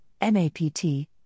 MAPT